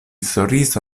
sorriso